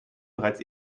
bereits